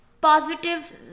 positive